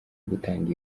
gutanga